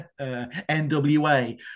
NWA